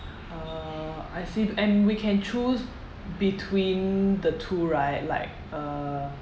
uh I see and we can choose between the two right like err